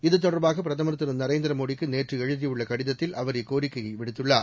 இது தொட்பாக பிரதம் திரு நரேந்திரமோடிக்கு நேற்று எழுதியுள்ள கடிதத்தில் அவா் இக்கோரிக்கையை விடுத்துள்ளார்